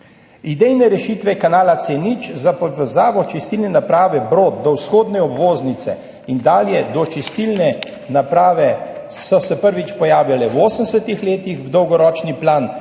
Idejne rešitve kanala C0 za povezavo čistilne naprave Brod do vzhodne obvoznice in dalje do čistilne naprave so se prvič pojavljale v 80. letih, v dolgoročni plan